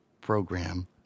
program